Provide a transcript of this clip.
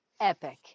epic